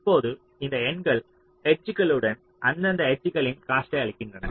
இப்போது இந்த எண்கள் எட்ஜ்களுடன் அந்தந்த எட்ஜ்களின் காஸ்ட்டை அளிக்கின்றன